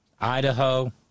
Idaho